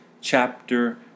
chapter